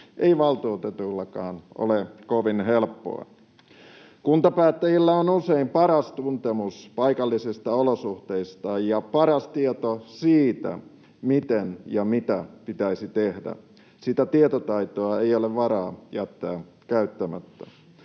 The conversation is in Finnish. ei valtuutetuillakaan ole kovin helppoa. Kuntapäättäjillä on usein paras tuntemus paikallisista olosuhteista ja paras tieto siitä, miten ja mitä pitäisi tehdä. Sitä tietotaitoa ei ole varaa jättää käyttämättä.